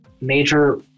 major